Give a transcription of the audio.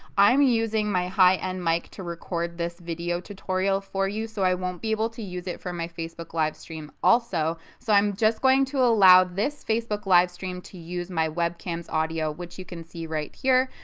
i'm using my high-end mic to record this video tutorial for you so i won't be able to use it for my facebook live stream also. so i'm just going to allow this facebook live stream to use my webcam audio which you can see right here,